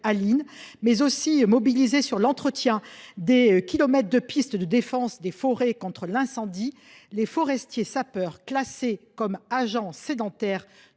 ainsi que pour l’entretien des kilomètres de pistes de défense des forêts contre l’incendie, les forestiers sapeurs, classés comme agents sédentaires